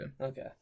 Okay